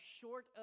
short